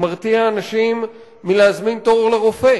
הוא מרתיע אנשים מלהזמין תור לרופא,